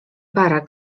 barak